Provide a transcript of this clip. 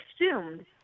assumed